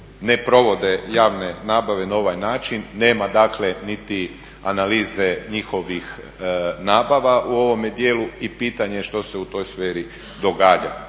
ne provode javne nabave na ovaj način. Nema dakle niti analize njihovih nabava u ovome dijelu i pitanje je što se u toj sferi događa.